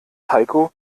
heiko